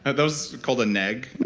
and those called a neg?